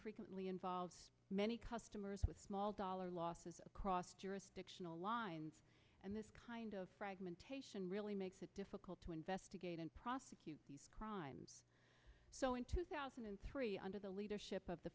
frequently involves many customers with small dollar losses across jurisdictional lines and this kind of really makes it difficult to investigate and prosecute crimes so in two thousand and three under the leadership of the